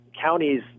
counties